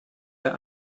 der